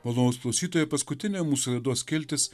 malonūs klausytojai paskutinė mūsų laidos skiltis